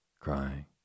crying